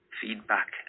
Feedback